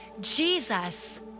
Jesus